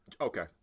Okay